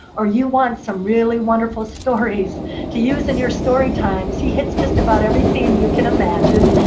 or you want some really wonderful stories to use in your story times, he hits just about every theme you can imagine.